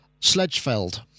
Sledgefeld